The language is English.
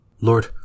Lord